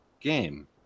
game